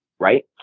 right